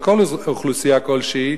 על כל אוכלוסייה כלשהי.